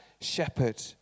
shepherd